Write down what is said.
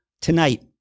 tonight